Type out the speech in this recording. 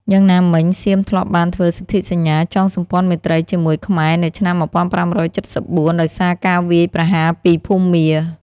យ៉ាងណាមិញ សៀមធ្លាប់បានធ្វើសន្ធិសញ្ញាចងសម្ព័ន្ធមេត្រីជាមួយខ្មែរនៅឆ្នាំ ១៥៧៤ ដោយសារការវាយប្រហារពីភូមា។